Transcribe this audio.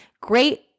Great